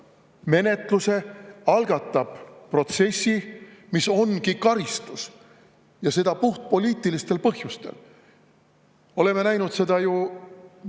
menetluse, algatab protsessi, mis ongi karistus. Ja seda puhtpoliitilistel põhjustel. Oleme seda juba